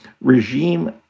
regime